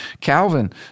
Calvin